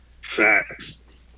Facts